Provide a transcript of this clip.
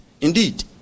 Indeed